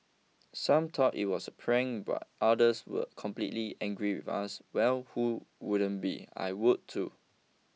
some thought it was a prank while others were completed angry with us well who wouldn't be I would too